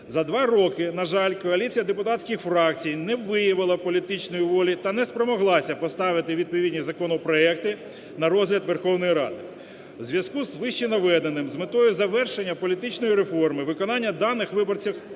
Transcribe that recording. За два роки, на жаль, коаліція депутатських фракцій не виявила політичної волі та не спромоглася поставити відповідні законопроекти на розгляд Верховної Ради. У зв'язку з вищенаведеним з метою завершення політичної реформи, виконання даних виборцям